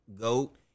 goat